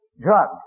drugs